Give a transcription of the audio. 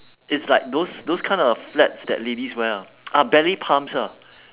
it's like those those kind of flats that ladies wear lah uh ballet pumps ah